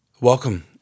Welcome